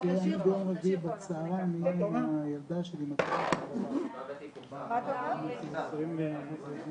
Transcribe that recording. "תיקון תקנה 37 7. בתקנה 37 לתקנות העיקריות,